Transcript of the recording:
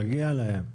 מגיע להם.